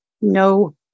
No